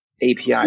API